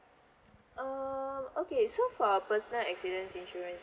um okay so for personal accidents insurance